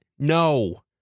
No